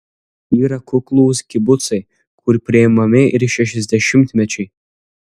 yra kuklūs kibucai kur priimami ir šešiasdešimtmečiai